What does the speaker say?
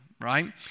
right